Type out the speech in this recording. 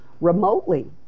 remotely